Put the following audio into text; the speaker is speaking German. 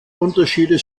unterschiede